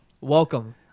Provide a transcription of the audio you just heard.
Welcome